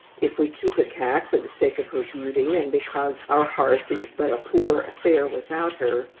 if we keep a cat for the sake of her beauty, and because our hearth is but a poor affair without her,